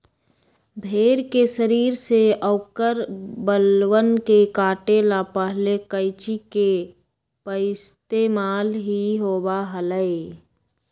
भेड़ के शरीर से औकर बलवन के काटे ला पहले कैंची के पइस्तेमाल ही होबा हलय